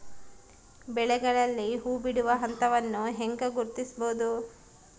ಬೆಳೆಗಳಲ್ಲಿ ಹೂಬಿಡುವ ಹಂತವನ್ನು ಹೆಂಗ ಗುರ್ತಿಸಬೊದು?